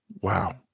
Wow